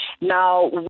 Now